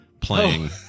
playing